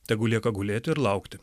tegu lieka gulėti ir laukti